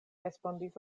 respondis